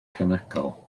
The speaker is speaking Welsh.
cemegol